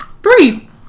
Three